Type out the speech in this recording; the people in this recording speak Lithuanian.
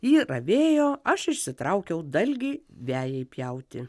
ji ravėjo aš išsitraukiau dalgį vejai pjauti